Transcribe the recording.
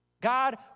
God